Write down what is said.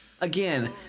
Again